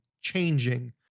changing